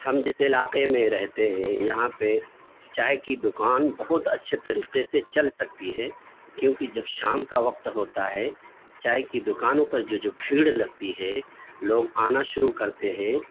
ہم جس علاقے میں رہتے ہیں یہاں پہ چائے کی دوکان بہت اچھے طریقے سے چل سکتی ہے کیونکہ جب شام کا وقت ہوتا ہے چائے کی دوکانوں پر جو جو بھیڑ لگتی ہے لوگ آنا شروع کرتے ہیں